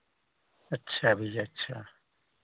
अच्छा भैया अच्छा